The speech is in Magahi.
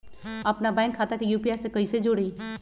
अपना बैंक खाता के यू.पी.आई से कईसे जोड़ी?